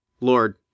Lord